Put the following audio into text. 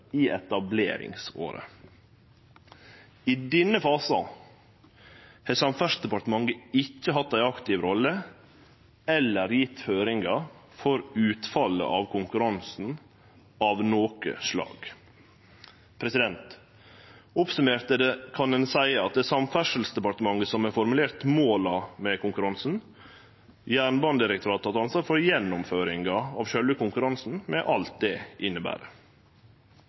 i etableringsåret. I denne fasen har Samferdselsdepartementet ikkje hatt ei aktiv rolle eller gjeve føringar for utfallet av konkurransen av noko slag. Summert opp kan ein seie at det er Samferdselsdepartementet som har formulert måla med konkurransen. Jernbanedirektoratet har hatt ansvar for gjennomføringa av sjølve konkurransen med alt det inneber.